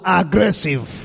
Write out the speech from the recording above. aggressive